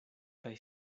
kaj